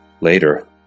later